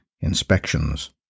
inspections